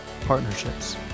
partnerships